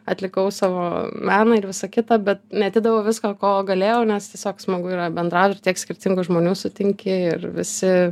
atlikau savo menui ir visa kita bet neatidaviau visko ko galėjau nes tiesiog smagu yra bendrauji ir tiek skirtingų žmonių sutinki ir visi